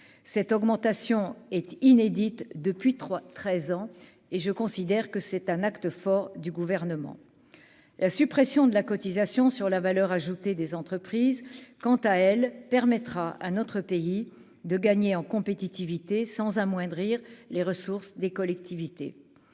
cette augmentation est inédite depuis 3 13 ans et je considère que c'est un acte fort du gouvernement, la suppression de la cotisation sur la valeur ajoutée des entreprises quant à elle, permettra à notre pays de gagner en compétitivité, sans amoindrir les ressources des collectivités,